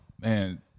man